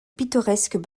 pittoresques